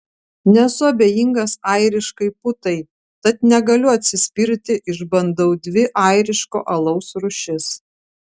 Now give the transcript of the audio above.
nesu abejingas airiškai putai tad negaliu atsispirti išbandau dvi airiško alaus rūšis